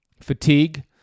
Fatigue